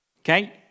okay